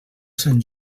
sant